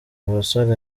basore